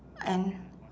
and